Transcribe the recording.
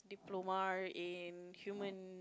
diploma in human